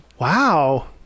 Wow